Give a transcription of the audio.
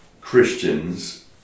Christians